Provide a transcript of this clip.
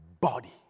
body